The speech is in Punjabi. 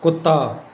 ਕੁੱਤਾ